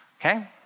Okay